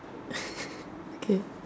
okay